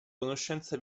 conoscenza